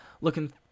looking